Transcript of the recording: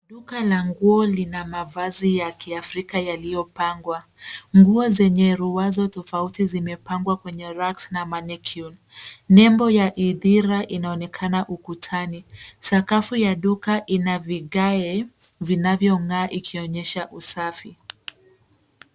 Duka la nguo lina mavazi ya kiafrika yaliyopangwa. Nguo zenye ruwaza tofauti zimepangwa kwenye racks na manequinn .Nembo ya ithira inaonekana ukutani. Sakafu ya duka ina vigae vinavyong'aa ikionyesha usafi.